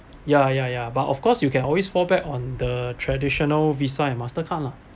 ya ya ya but of course you can always fall back on the traditional Visa and Mastercard lah